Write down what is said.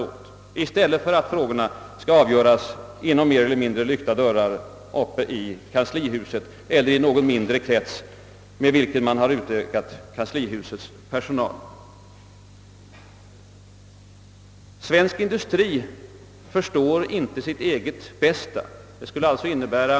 Detta är bättre än att frågan avgörs bakom mer celler mindre lyckta dörrar i kanslihuset eller i någon mindre krets, med vilken man utökat kanslihusets personal. »Svensk industri förstår inte sitt eget bästa», säger man vidare.